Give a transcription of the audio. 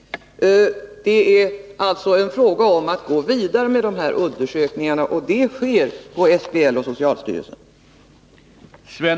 Det gäller alltså att gå vidare med dessa undersökningar, och detta sker hos socialstyrelsen.